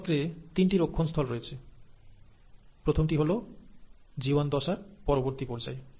কোষ চক্রে তিনটি রক্ষণ স্থল রয়েছে প্রথমটি হল জি ওয়ান দশার পরবর্তী পর্যায়ে